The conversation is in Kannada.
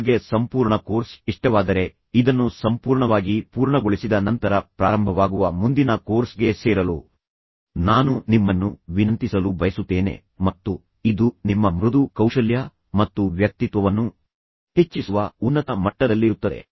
ನಿಮಗೆ ಸಂಪೂರ್ಣ ಕೋರ್ಸ್ ಇಷ್ಟವಾದರೆ ಇದನ್ನು ಸಂಪೂರ್ಣವಾಗಿ ಪೂರ್ಣಗೊಳಿಸಿದ ನಂತರ ಪ್ರಾರಂಭವಾಗುವ ಮುಂದಿನ ಕೋರ್ಸ್ಗೆ ಸೇರಲು ನಾನು ನಿಮ್ಮನ್ನು ವಿನಂತಿಸಲು ಬಯಸುತ್ತೇನೆ ಮತ್ತು ಇದು ನಿಮ್ಮ ಮೃದು ಕೌಶಲ್ಯ ಮತ್ತು ವ್ಯಕ್ತಿತ್ವವನ್ನು ಹೆಚ್ಚಿಸುವ ಉನ್ನತ ಮಟ್ಟದಲ್ಲಿರುತ್ತದೆ